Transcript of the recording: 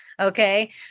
Okay